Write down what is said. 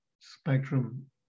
spectrum